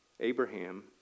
Abraham